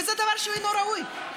וזה דבר שאינו ראוי.